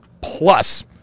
Plus